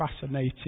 fascinating